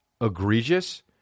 egregious